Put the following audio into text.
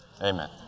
Amen